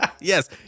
Yes